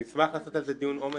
אני אשמח לעשות על זה דיון עומק.